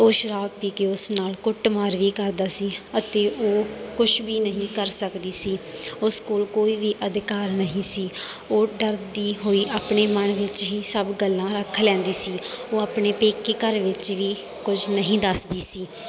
ਉਹ ਸ਼ਰਾਬ ਪੀ ਕੇ ਉਸ ਨਾਲ ਕੁੱਟਮਾਰ ਵੀ ਕਰਦਾ ਸੀ ਅਤੇ ਉਹ ਕੁਛ ਵੀ ਨਹੀਂ ਕਰ ਸਕਦੀ ਸੀ ਉਸ ਕੋਲ ਕੋਈ ਵੀ ਅਧਿਕਾਰ ਨਹੀਂ ਸੀ ਉਹ ਡਰਦੀ ਹੋਈ ਆਪਣੇ ਮਨ ਵਿੱਚ ਹੀ ਸਭ ਗੱਲਾਂ ਰੱਖ ਲੈਂਦੀ ਸੀ ਉਹ ਆਪਣੇ ਪੇਕੇ ਘਰ ਵਿੱਚ ਵੀ ਕੁਝ ਨਹੀਂ ਦੱਸਦੀ ਸੀ